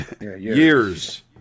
Years